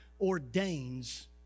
ordains